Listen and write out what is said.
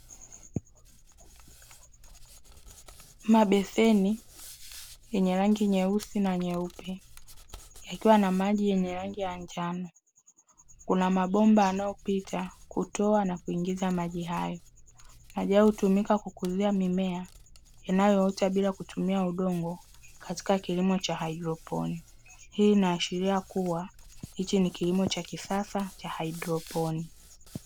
Mabeseni yenye rangi nyeusi na nyeupe yakiwa na maji yenye rangi ya njano kuna mabomba yanayopita kutoa na kuingiza maji hayo maji hayo hutumika kukuuzia mimea inayoota bila kutumia udongo katika kilimo cha haidroponi, hii inaashiria kuwa hichi ni kilimo cha kisasa cha haidroponi.